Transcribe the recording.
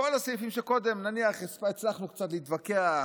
בכל הסעיפים קודם הצלחנו קצת להתווכח,